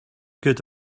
good